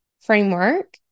framework